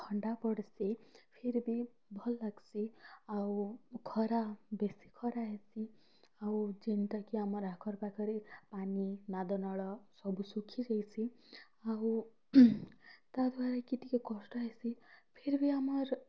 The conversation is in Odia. ଥଣ୍ଡା ପଡ଼୍ସି ଫେର୍ ବି ଭଲ୍ ଲାଗ୍ସି ଆଉ ଖରା ବେଶୀ ଖରା ହେସି ଆଉ ଯେନ୍ଟାକି ଆମର୍ ଆଖର୍ ପାଖର୍ ପାନି ନାଦନଳ ସବୁ ଶୁଖି ଯାଇସି ଆଉ ତାର ଦ୍ଵାରା କି ଟିକେ କଷ୍ଟ ହେସି ଫେର୍ ବି ଆମର୍